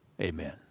Amen